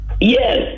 Yes